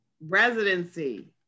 residency